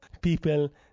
people